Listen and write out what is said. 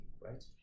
right